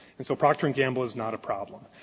and so procter and gamble is not a problem.